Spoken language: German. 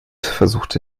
versuchte